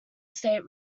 state